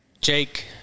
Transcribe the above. Jake